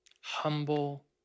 humble